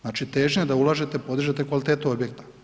Znači težnja je da ulažete, podižete kvalitetu objekta.